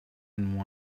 and